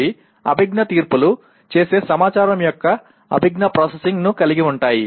అవి అభిజ్ఞా తీర్పులు చేసే సమాచారం యొక్క అభిజ్ఞా ప్రాసెసింగ్ను కలిగి ఉంటాయి